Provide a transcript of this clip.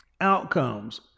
Outcomes